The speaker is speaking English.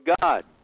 God